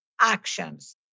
actions